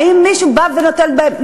האם מישהו בא ומטיל בהם,